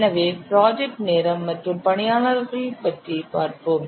எனவே ப்ராஜெக்ட் நேரம் மற்றும் பணியாளர்கள் பற்றி பார்ப்போம்